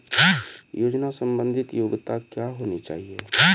योजना संबंधित योग्यता क्या होनी चाहिए?